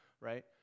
right